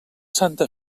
santa